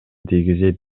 тийгизет